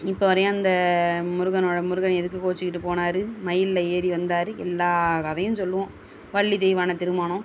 இப்போ வரையும் அந்த முருகனோடய முருகன் எதுக்கு கோபிச்சிக்கிட்டு போனார் மயிலில் ஏறி வந்தார் எல்லா கதையும் சொல்லுவோம் வள்ளி தெய்வானை திருமணம்